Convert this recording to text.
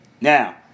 Now